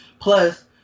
Plus